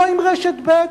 לא עם רשת ב'